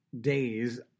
days